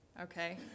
okay